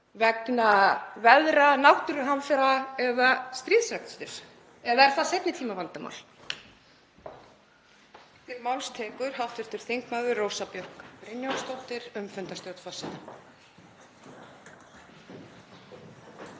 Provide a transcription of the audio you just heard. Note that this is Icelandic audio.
vegna veðra, náttúruhamfara eða stríðsreksturs? Eða er það seinni tíma vandamál?